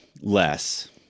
less